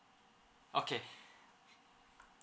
okay